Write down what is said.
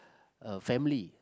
a family